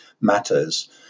matters